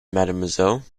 mademoiselle